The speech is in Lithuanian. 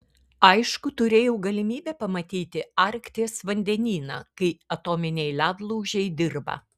aišku turėjau galimybę pamatyti arkties vandenyną kai atominiai ledlaužiai dirba